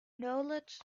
knowledge